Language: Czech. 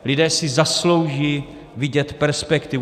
Lidé si zaslouží vidět perspektivu.